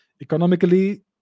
economically